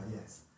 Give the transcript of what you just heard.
yes